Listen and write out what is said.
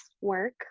work